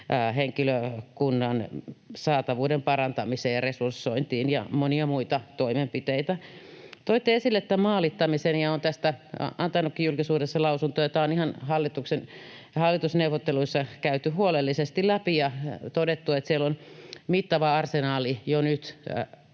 henkilökunnan saatavuuden parantamiseen ja resursointiin, ja monia muita toimenpiteitä. Toitte esille maalittamisen, ja olen tästä antanutkin julkisuudessa lausuntoja. Tämä on ihan hallitusneuvotteluissa käyty huolellisesti läpi ja todettu, että siellä on mittava arsenaali